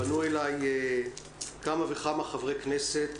פנו אליי כמה וכמה חברי כנסת